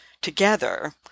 together